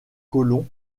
colons